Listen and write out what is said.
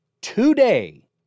Today